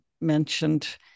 mentioned